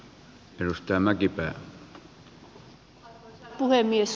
arvoisa puhemies